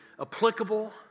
applicable